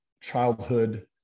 childhood